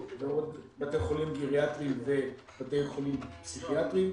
ועוד בתי חולים גריאטריים ובתי חולים פסיכיאטריים.